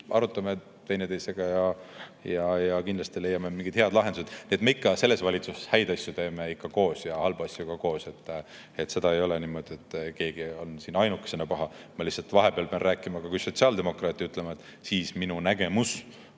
arutame teineteisega ja kindlasti leiame mingid head lahendused. Nii et me selles valitsuses häid asju teeme ikka koos ja halbu asju ka koos. Ei ole niimoodi, et keegi on siin ainukesena paha. Ma lihtsalt vahepeal pean rääkima ka kui sotsiaaldemokraat ja ütlema, et minu nägemus